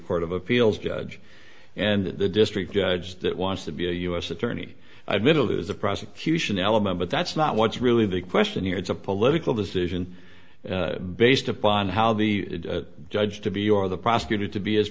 court of appeals judge and the district judge that wants to be a u s attorney i've middle is the prosecution element but that's not what's really the question here it's a political decision based upon how the judge to be your the prosecutor to be as